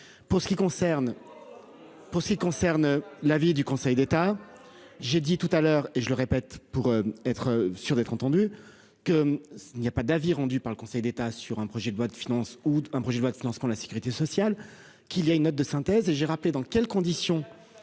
Pour ce qui concerne l'avis du Conseil d'État. J'ai dit tout à l'heure et je le répète. Pour être sûr d'être entendu que. Il n'y a pas d'avis rendu par le Conseil d'État sur un projet de loi de finances ou un projet de lorsqu'on la sécurité sociale, qu'il y a une note de synthèse et j'ai rappelé dans quelles conditions.